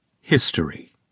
HISTORY